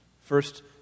First